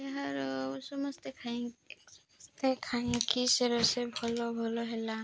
ଏହାର ସମସ୍ତେ ଖାଇି ସମସ୍ତେ ଖାଇଁକି ସେ ରୋଷେଇ ଭଲ ଭଲ ହେଲା